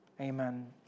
Amen